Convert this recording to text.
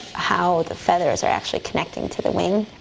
how the feathers are actually connecting to the wing.